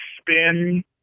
spin